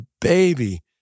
baby